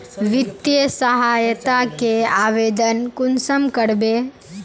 वित्तीय सहायता के आवेदन कुंसम करबे?